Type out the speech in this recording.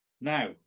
Now